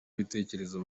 ibitekerezo